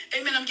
Amen